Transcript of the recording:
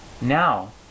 Now